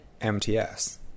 mts